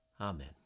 Amen